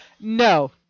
no